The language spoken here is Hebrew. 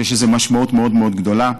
ויש לזה משמעות מאוד מאוד גדולה.